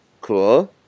Cool